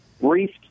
briefed